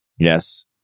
Yes